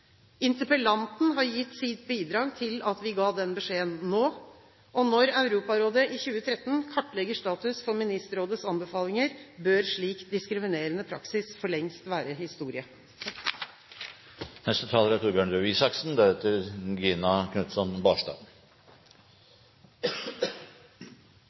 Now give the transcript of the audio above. Interpellanten har gitt sitt bidrag til at vi ga den beskjeden nå. Når Europarådet i 2013 kartlegger status for Ministerrådets anbefalinger, bør slik diskriminerende praksis for lengst være historie.